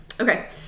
okay